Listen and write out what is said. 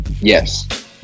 Yes